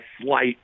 slight